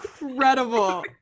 Incredible